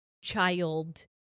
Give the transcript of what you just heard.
child